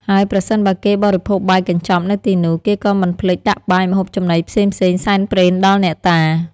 ហើយប្រសិនបើគេបរិភោគបាយកញ្ចប់នៅទីនោះ គេក៏មិនភ្លេចដាក់បាយម្ហូបចំណីផ្សេងៗសែនព្រេនដល់អ្នកតា។